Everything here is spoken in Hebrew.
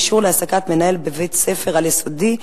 (אישור להעסקת מנהל בבית-ספר על-יסודי),